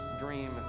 dream